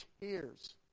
tears